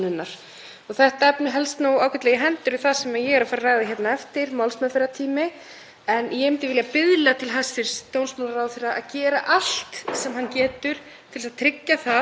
sem hann getur til að tryggja að þeir menn sem bíða eftir afplánun fái að afplána dóminn sem allra fyrst. Það er réttindamál að geta gert það.